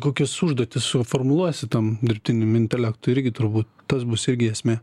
kokias užduotis suformuluosi tam dirbtiniam intelektui irgi turbūt tas bus irgi esmė